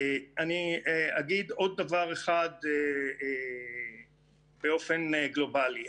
אני אגיד עוד דבר אחד באופן גלובלי.